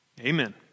Amen